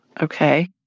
Okay